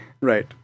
Right